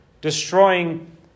destroying